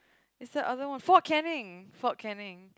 it's the other one Fort Canning Fort Canning